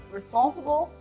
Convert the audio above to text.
responsible